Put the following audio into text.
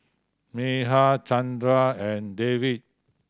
Medha Chandra and Devi